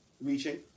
reaching